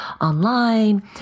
online